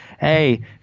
hey